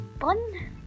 fun